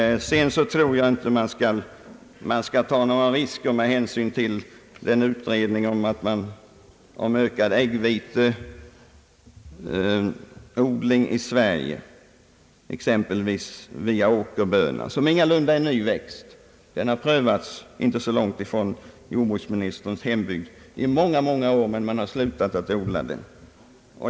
Jag tror inte att man skall ta några risker med hänsyn till utredningen om ökad äggviteodling i Sverige, exempelvis med åkerbönan, som ingalunda är en ny växt. Den har prövats inte så långt från jordbruksministerns hembygd i många år, men man har slutat att odla den.